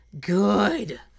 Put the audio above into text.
good